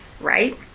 right